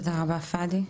תודה פאדי.